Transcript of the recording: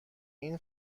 این